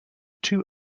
two